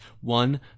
One